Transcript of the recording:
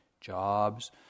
jobs